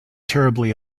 terribly